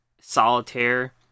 Solitaire